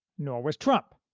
nor was trump.